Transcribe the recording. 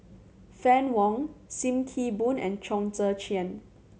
Fann Wong Sim Kee Boon and Chong Tze Chien